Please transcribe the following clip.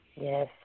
Yes